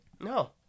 No